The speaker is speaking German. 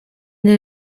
der